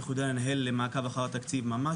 איך הוא יודע לנהל מעקב אחר התקציב ממש,